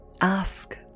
ask